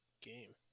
game